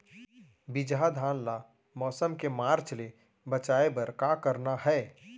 बिजहा धान ला मौसम के मार्च ले बचाए बर का करना है?